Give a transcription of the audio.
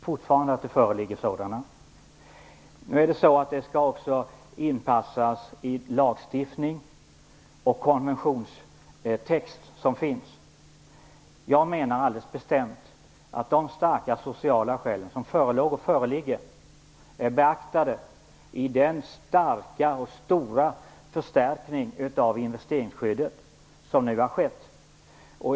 Fru talman! Det är alldeles riktigt att jag har pratat om sociala skäl, och jag tycker fortfarande att det föreligger sådana. Nu skall de också passas in i lagstiftningen och den konventionstext som finns. Jag menar alldeles bestämt att de starka sociala skäl som förelåg och föreligger är beaktade i och med den starka och stora förstärkning av investeringsskyddet som nu har skett.